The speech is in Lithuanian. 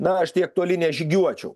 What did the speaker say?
na aš tiek toli nežygiuočiau